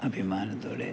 അഭിമാനത്തോടെ